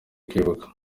kwibuka